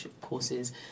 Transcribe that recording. courses